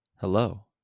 Hello